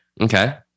Okay